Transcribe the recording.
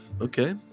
okay